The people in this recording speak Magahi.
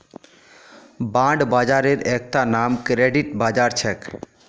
बांड बाजारेर एकता नाम क्रेडिट बाजार छेक